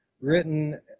written